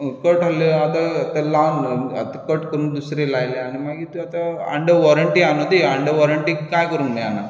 cut आसलें तें आतां लावन कट करून ती दुसरी लायला मागीर ती आतां आंदर वॉरिंटी आसा न्हय ती आंदर वॉरिंटी काय करूंक मेळना